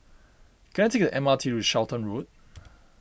can I take the M R T to Charlton Road